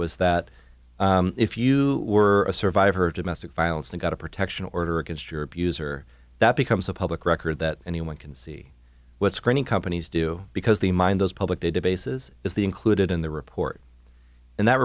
was that if you were a survivor of domestic violence and got a protection order against your abuser that becomes a public record that anyone can see what screening companies do because the mine those public databases is the included in the report and that